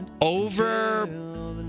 Over